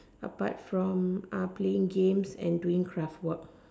apart from ah playing games and doing craft work